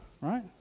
right